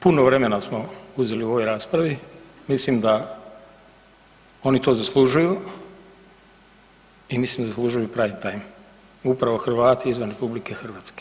Puno vremena smo uzeli u ovoj raspravi, mislim da oni to zaslužuju i mislim da zaslužuju prime time upravo Hrvati izvan RH.